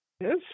Yes